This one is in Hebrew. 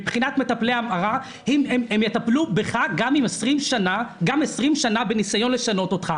מבחינת מטפלי ההמרה הם יטפלו בך גם 20 שנים בניסיון לשנות אותך,